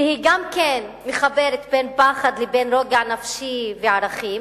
שהיא גם מחברת בין פחד לבין רוגע נפשי וערכים,